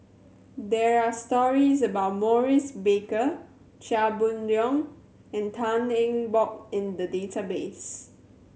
there are stories about Maurice Baker Chia Boon Leong and Tan Eng Bock in the database